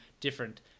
different